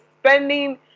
spending